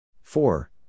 Four